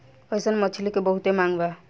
अइसन मछली के बहुते मांग बा